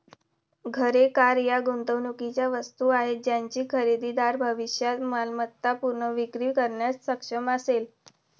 घरे, कार या गुंतवणुकीच्या वस्तू आहेत ज्याची खरेदीदार भविष्यात मालमत्ता पुनर्विक्री करण्यास सक्षम असेल